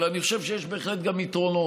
אבל אני חושב שיש בהחלט גם יתרונות.